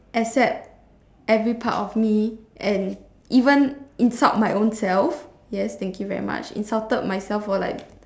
accept every part of me and even insult my own self yes thank you very much insulted myself for like